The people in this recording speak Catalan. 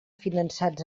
finançats